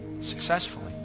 successfully